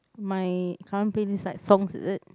my current playlist like songs is it